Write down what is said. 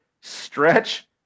stretch